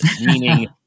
meaning